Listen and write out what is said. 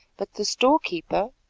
but the storekeeper,